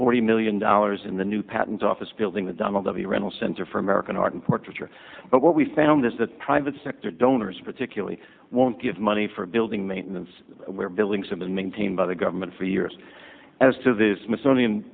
forty million dollars in the new patent office building with donald of the rental center for american art in portraiture but what we found is that private sector donors particularly won't give money for building maintenance where buildings have been maintained by the government for years as to the smithsonian